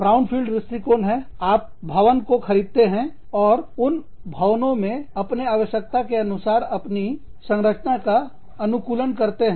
brownfield दृष्टिकोणआप भवनों को खरीदते हैं और उन भवनों में अपने आवश्यकताओं के अनुसार अपनी संरचना का अनुकूलन करते हैं